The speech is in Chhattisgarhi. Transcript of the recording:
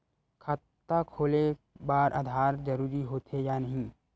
खाता खोले बार आधार जरूरी हो थे या नहीं?